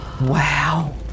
wow